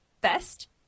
best